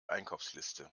einkaufsliste